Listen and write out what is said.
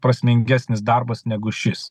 prasmingesnis darbas negu šis